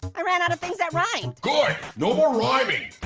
i ran out of things that rhymed. good, no more rhyming.